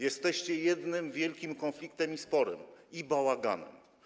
Jesteście jednym wielkim konfliktem, sporem i bałaganem.